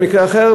במקרה אחר,